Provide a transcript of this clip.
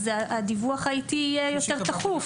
אז הדיווח האיטי יהיה יותר תכוף.